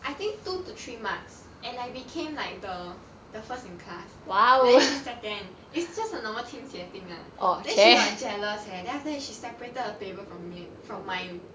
I think two to three marks and I became like the the first in class then she second it's just a normal 听写 thing ah then she got jealous eh then after that she separated her table from me eh from mine